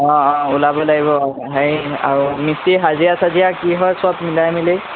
অঁ অঁ ওলাব লাগিব হেৰি আৰু মিস্ত্ৰী হাজিৰা চাজিৰা কি হয় চব মিলাই মিলি